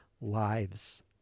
lives